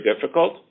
difficult